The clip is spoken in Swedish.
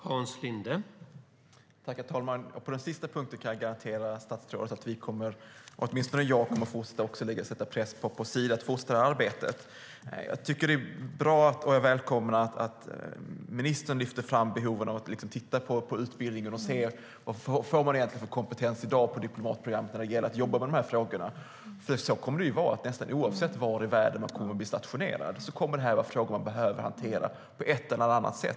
Herr talman! På den sista punkten kan jag garantera statsrådet att vi, åtminstone jag, kommer att fortsätta att sätta press på Sida att fortsätta arbetet. Jag tycker att det är bra, och jag välkomnar, att ministern lyfter fram behoven av att titta på utbildningen och se vad man egentligen får för kompetens i dag på diplomatprogrammet när det gäller att jobba med de här frågorna. Så kommer det att vara - nästan oavsett var i världen man kommer att bli stationerad kommer detta att vara frågor man behöver hantera på ett eller annat sätt.